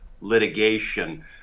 litigation